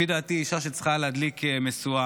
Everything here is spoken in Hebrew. לפי דעתי היא אישה שצריכה להדליק משואה,